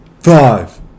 Five